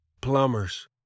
plumbers